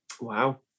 Wow